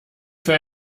für